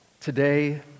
today